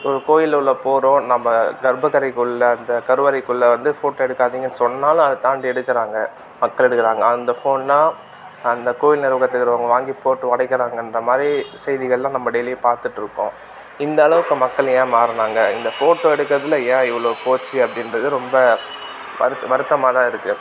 ஒரு கோயில் உள்ளே போகிறோம் நம்ம கர்ப்பகரை உள்ளே அந்த கருவறைக்குள்ளே வந்து ஃபோட்டோ எடுக்காதீங்கன்னு சொன்னாலும் அதை தாண்டி எடுக்கிறாங்க மக்கள் எடுக்கிறாங்க அந்த ஃபோனெலாம் அந்த கோயில் நிர்வாகத்தில் இருக்கிறவங்க வாங்கி போட்டு உடைக்கறாங்கன்ற மாதிரி செய்திகளெலாம் நம்ம டெய்லியும் பார்த்துட்ருக்கோம் இந்த அளவுக்கு மக்கள் ஏன் மாறினாங்க இந்த ஃபோட்டோ எடுக்கிறதுல ஏன் இவ்வளோ போச்சு அப்படின்றது ரொம்ப வருத் வருத்தமாக தான் இருக்குது